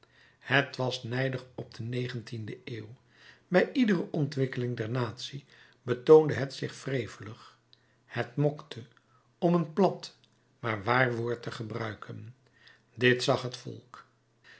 het was nijdig op de negentiende eeuw bij iedere ontwikkeling der natie betoonde het zich wrevelig het mokte om een plat maar waar woord te gebruiken dit zag het volk